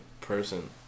person